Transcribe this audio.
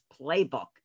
Playbook